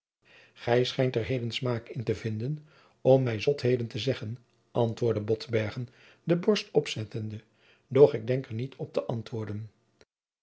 gij schijnt er heden smaak in te vinden om mij zotheden te zeggen antwoordde botbergen de borst opzettende doch ik denk er niet op te antwoorden